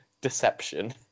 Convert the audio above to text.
deception